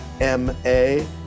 M-A